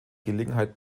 gelegenheit